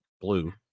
blue